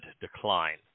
decline